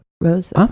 rose